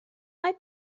mae